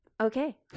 Okay